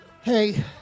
Hey